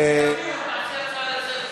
כשיביאו תעשי הצעה לסדר.